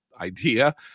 idea